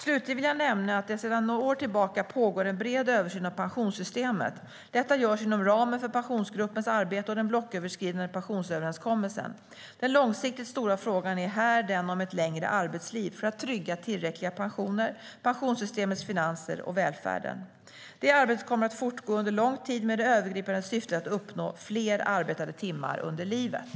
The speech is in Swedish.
Slutligen vill jag nämna att det sedan några år tillbaka pågår en bred översyn av pensionssystemet. Detta görs inom ramen för Pensionsgruppens arbete och den blocköverskridande pensionsöverenskommelsen. Den långsiktigt stora frågan är här den om ett längre arbetsliv - för att trygga tillräckliga pensioner, pensionssystemets finanser och välfärden. Det arbetet kommer att fortgå under lång tid med det övergripande syftet att uppnå fler arbetade timmar under livet.